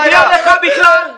מגיע לך בכלל?